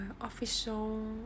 official